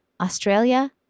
Australia